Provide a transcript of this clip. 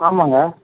ஆமாம்ங்க